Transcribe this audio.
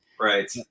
Right